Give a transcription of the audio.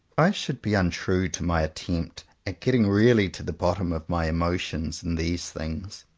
i should be untrue to my attempt at getting really to the bottom of my emotions in these things,